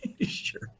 sure